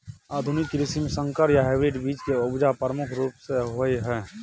आधुनिक कृषि में संकर या हाइब्रिड बीज के उपजा प्रमुख रूप से होय हय